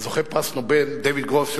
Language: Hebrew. זוכה פרס נובל דייוויד גרוס,